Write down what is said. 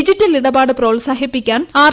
digital ഇടപാട് പ്രോത്സാഹിപ്പിക്കാൻ R